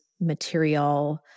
material